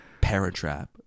Paratrap